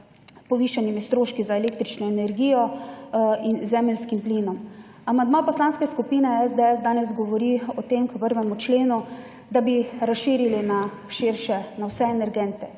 povišanimi stroški za električno energijo in zemeljskim plinom. Amandma Poslanske skupine SDS danes govori o tem k 1. členu, da bi razširili na širše, na vse energente.